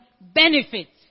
benefits